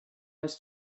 was